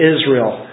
Israel